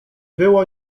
było